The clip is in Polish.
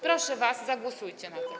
Proszę was, zagłosujcie za tym.